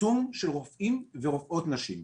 עצום של רופאים ורופאות נשים.